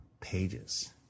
pages